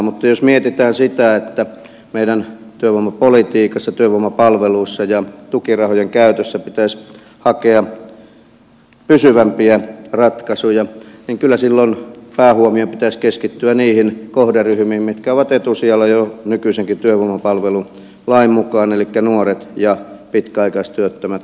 mutta jos mietitään sitä että meidän työvoimapolitiikassamme työvoimapalveluissamme ja tukirahojemme käytössä pitäisi hakea pysyvämpiä ratkaisuja niin kyllä silloin päähuomion pitäisi keskittyä niihin kohderyhmiin mitkä ovat etusijalla jo nykyisenkin työvoimapalvelulain mukaan elikkä nuoriin ja pitkäaikaistyöttömiin